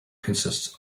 consists